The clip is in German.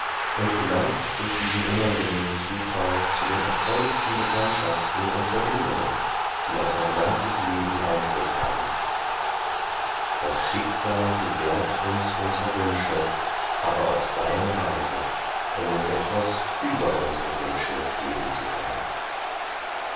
und gelangt durch diesen unangenehmen zufall zu den erfreulichsten bekanntschaften und verbindungen die auf sein ganzes leben einfluß haben das schicksal gewährt uns unsre wünsche aber auf seine weise um uns etwas über unsere wünsche geben zu können